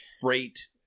freight